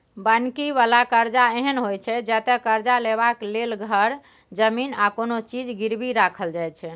बन्हकी बला करजा एहन होइ छै जतय करजा लेबाक लेल घर, जमीन आ कोनो चीज गिरबी राखल जाइ छै